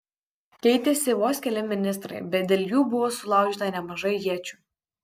keitėsi vos keli ministrai bet dėl jų buvo sulaužyta nemažai iečių